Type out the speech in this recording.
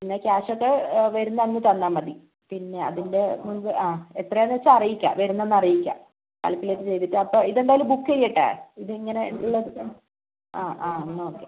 പിന്നെ ക്യാഷൊക്കേ വരുന്ന അന്നു തന്നാൽ മതി പിന്നെ അതിൻ്റെ മുൻപ് ആ എത്രയാന്നു വെച്ചാൽ അറിയിക്കാം വരുന്നന്നു അറിയിക്കാം കാൽക്കുലേറ്റ് ചെയ്തിട്ട് അപ്പോൾ ഇതെന്തായാലും ബുക്ക് ചെയ്യട്ടെ ഇതിങ്ങനെ ഉള്ള ആ ആ എന്നാൽ ഓക്കേ